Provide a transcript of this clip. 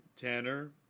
Tanner